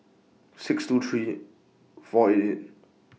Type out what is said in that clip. six two three four eight eight